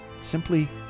Simply